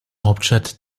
hauptstadt